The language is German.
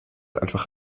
einfach